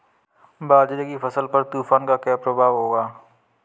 बाजरे की फसल पर तूफान का क्या प्रभाव होगा?